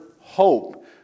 hope